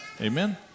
Amen